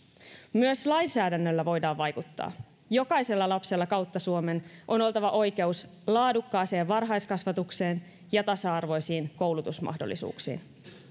myös lainsäädännöllä voidaan vaikuttaa jokaisella lapsella kautta suomen on oltava oikeus laadukkaaseen varhaiskasvatukseen ja tasa arvoisiin koulutusmahdollisuuksiin